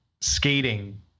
skating